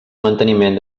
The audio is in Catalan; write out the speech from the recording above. manteniment